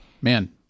man